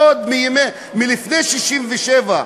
עוד מלפני 1967,